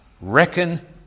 reckon